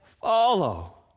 follow